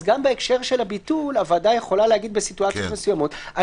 אז גם בהקשר של הביטול הוועדה יכולה להגיד בסיטואציות מסוימות: